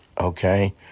okay